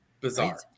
bizarre